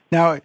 Now